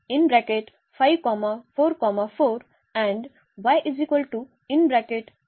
आणि हे शोधायचे आहे